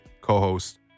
co-host